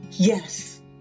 Yes